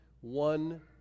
one